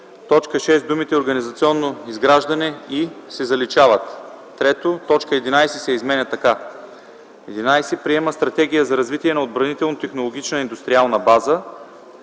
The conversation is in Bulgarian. В т. 6 думите „организационно изграждане и” се заличават. 3. Точка 11 се изменя така: „11. приема стратегия за развитие на отбранително-технологична индустриална база;”.